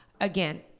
Again